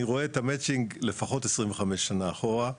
אני רואה את המצ'ינג לפחות 25 שנים אחורה,